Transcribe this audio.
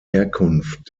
herkunft